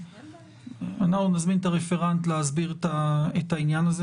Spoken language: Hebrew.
אנחנו נזמין את הרפרנט להסביר את העניין הזה.